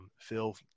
Phil